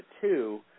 two